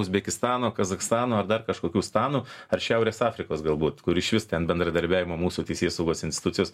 uzbekistano kazachstano ar dar kažkokių stanų ar šiaurės afrikos galbūt kur iš vis ten bendradarbiavimo mūsų teisėsaugos institucijos